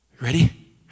Ready